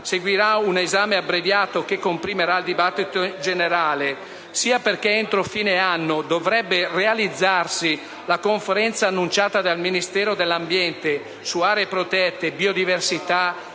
seguirà un esame abbreviato che comprimerà il dibattito generale, sia perché entro fine anno dovrebbe realizzarsi la conferenza, annunciata dal Ministro dell'ambiente, su aree protette, biodiversità